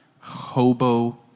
Hobo